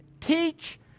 teach